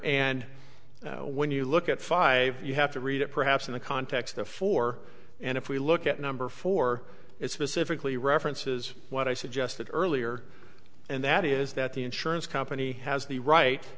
and when you look at five you have to read it perhaps in the context of four and if we look at number four it's specifically references what i suggested earlier and that is that the insurance company has the right